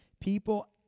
People